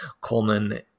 Coleman